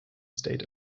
state